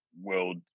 world